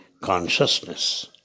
consciousness